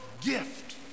gift